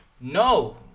no